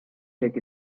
take